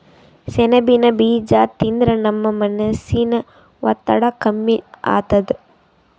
ಸೆಣಬಿನ್ ಬೀಜಾ ತಿಂದ್ರ ನಮ್ ಮನಸಿನ್ ಒತ್ತಡ್ ಕಮ್ಮಿ ಆತದ್